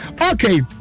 Okay